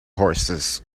horses